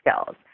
skills